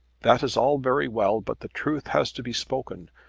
that is all very well, but the truth has to be spoken.